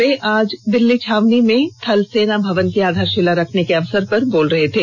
वह आज दिल्ली छावनी में थलसेना भवन की आधारशिला रखने के अवसर पर बोल रहे थे